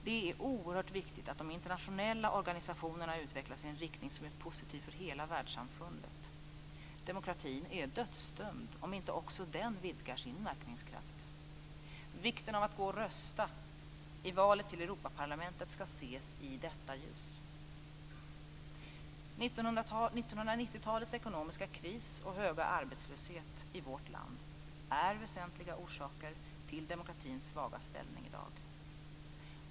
Det är oerhört viktigt att de internationella organisationerna utvecklas i en riktning som är positiv för hela världssamfundet. Demokratin är dödsdömd om inte också den vidgar sin verkningskraft. Vikten av att gå och rösta i valet till Europaparlamentet skall ses i detta ljus. 1990-talets ekonomiska kris och höga arbetslöshet i vårt land är väsentliga orsaker till demokratins svaga ställning i dag.